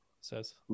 says